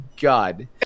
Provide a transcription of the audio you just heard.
God